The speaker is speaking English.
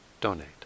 donate